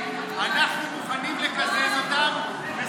ואנחנו בדיוק דיברנו על